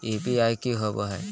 UPI की होवे हय?